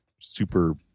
super